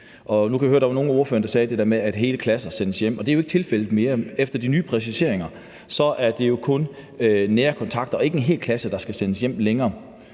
sagde det der med, at hele klasser sendes hjem, men det er jo ikke tilfældet mere. Efter de nye præciseringer er det jo kun nære kontakter og ikke længere en hel klasse, der skal sendes hjem.